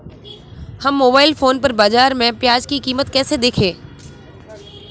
हम mobile phone पर बाज़ार में प्याज़ की कीमत कैसे देखें?